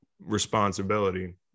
responsibility